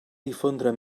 difondre